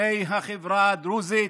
לבני החברה הדרוזית